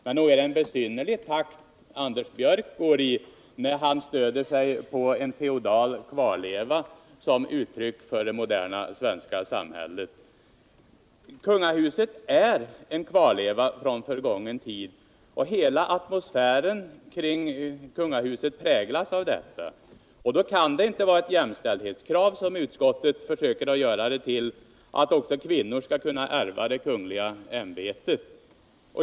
Men nog är det en besynnerlig takt Anders Björck går i när han stöder sig på en feodal kvarleva som uttryck för det moderna svenska samhället. Kungahuset är en kvarleva från förgången tid, och hela atmosfären kring kungahuset präglas av detta. Då kan det inte vara ett jämställdhetskrav — som utskottet försöker göra det till — att också kvinnor skall kunna ärva det kungliga ämbetet.